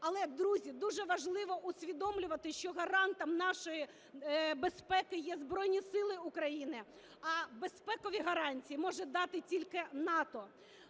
Але, друзі, дуже важливо усвідомлювати, що гарантом нашої безпеки є Збройні Сили України, а безпекові гарантії може дати тільки НАТО.